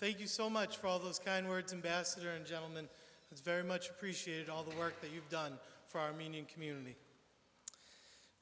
thank you so much for all those kind words investor and gentleman is very much appreciate all the work that you've done for armenian community